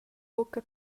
buca